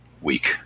weak